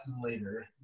later